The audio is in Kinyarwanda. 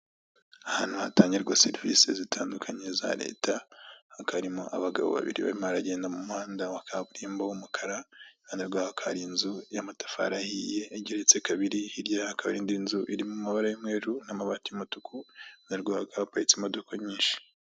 Ahantu hatangirwa serivisi zitandukanye za leta, hakaba harimo abagabo babiri bamo agenda mu muhanda wa kaburimbo w'umukara, iruhande rwaho hari inzu y'amatafari igeretse kabiri, hirya hakaba indi nzu iri mu mabara y'umweru n'amabati y'umutuku iruhande rwaho hakaba haparitse imodoka nyinshi.